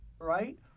right